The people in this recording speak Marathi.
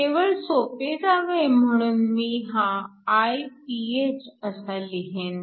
केवळ सोपे जावे म्हणून मी हा Iph असा लिहेन